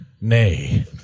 Nay